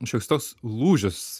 šioks toks lūžis